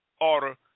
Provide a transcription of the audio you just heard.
order